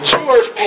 George